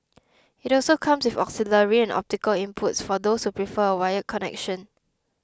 it also comes with auxiliary and optical inputs for those who prefer a wired connection